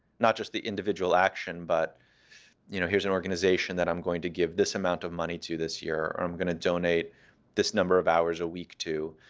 not just the individual action, but you know here's an organization that i'm going to give this amount of money to this year or i'm going to donate this number of hours a week to,